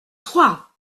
trois